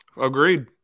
Agreed